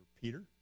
Peter